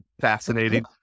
fascinating